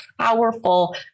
Powerful